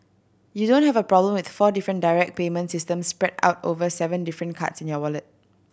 you don't have a problem with four different direct payment systems spread out over seven different cards in your wallet